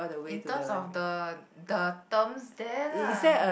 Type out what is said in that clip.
in terms of the the the terms there lah